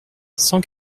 cent